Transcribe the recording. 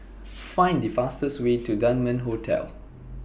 Find The fastest Way to Dunman Hotel